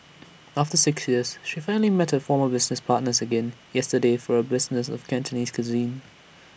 after six years she finally met her former business partners again yesterday for A business of Cantonese cuisine